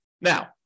Now